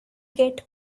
get